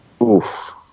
Oof